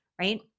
right